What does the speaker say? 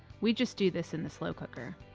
we just do this in the slow cooker.